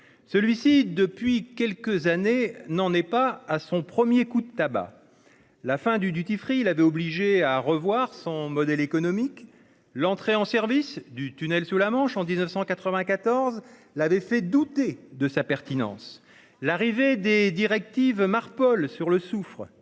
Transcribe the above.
Celui-ci, depuis quelques années, n'en est pas à son premier coup de tabac. La fin du l'avait obligé à revoir son modèle économique. L'entrée en service du tunnel sous la Manche, en 1994, l'avait fait douter de sa pertinence. Les dispositions de